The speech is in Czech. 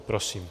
Prosím.